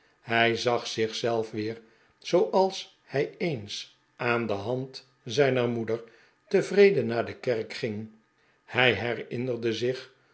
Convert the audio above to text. hij zag zich zelf weer zooals hij eens aan de hand zijner moeder tevreden naar de kerk ging hij herinnerde zich